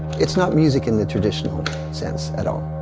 it's not music in the traditional sense, at all.